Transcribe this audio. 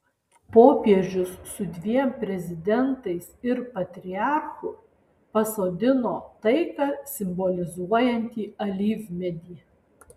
popiežius su dviem prezidentais ir patriarchu pasodino taiką simbolizuojantį alyvmedį